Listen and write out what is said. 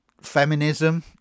feminism